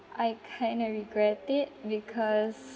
I kind of regret it because